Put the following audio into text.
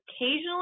Occasionally